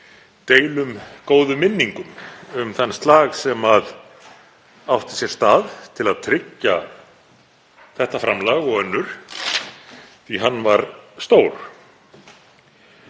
deilum góðu minningum um þann slag sem átti sér stað til að tryggja þetta framlag og önnur, því að hann var stór.